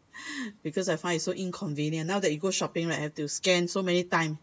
because I find it so inconvenient now if you go shopping right have to scan so many times